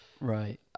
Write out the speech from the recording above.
Right